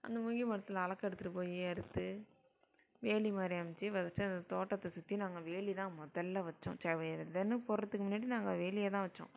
அந்த முங்கிமரத்தில் அலக்கு எடுத்துகிட்டு போய் அறுத்து வேலி மாதிரி அமைத்து ஃபர்ஸ்ட்டு அந்த தோட்டத்தை சுற்றி நாங்கள் வேலி தான் முதல்ல வைச்சோம் விதைன்னு போடுகிறதுக்கு முன்னாடி வேலியைதான் வைச்சோம்